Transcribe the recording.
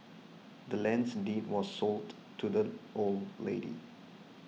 the land's deed was sold to the old lady